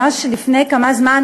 ממש לפני כמה זמן,